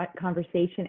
conversation